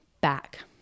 back